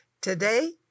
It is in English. today